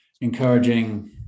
encouraging